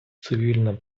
цивільна